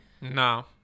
No